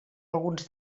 alguns